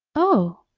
oh!